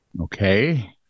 Okay